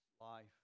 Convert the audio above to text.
life